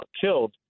killed